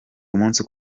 umunsi